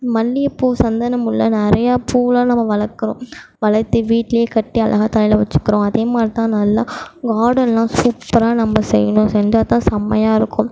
மல்லிகைப்பூ சந்தன முல்லை நிறையா பூல்லாம் நம்ம வளக்கிறோம் வளர்த்து வீட்லேயே கட்டி அழகாக தலையில் வச்சிக்கிறோம் அதே மாதிரி தான் நல்லா கார்டன்லாம் சூப்பராக நம்ம செய்யணும் செஞ்சால் தான் செம்மையாக இருக்கும்